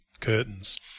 curtains